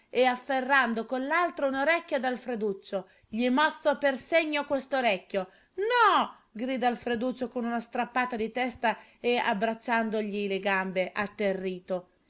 e afferrando con l'altra un orecchio ad alfreduccio gli mozzo per segno quest'orecchio no grida alfreduccio con una strappata di testa e abbracciandogli le gambe atterrito